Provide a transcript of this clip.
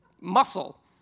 muscle